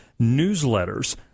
newsletters